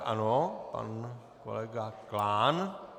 Ano, pan kolega Klán.